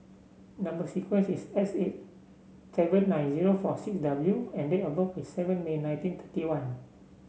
number sequence is S eight seven nine zero four six W and date of birth is seven May nineteen thirty one